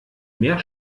mehr